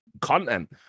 content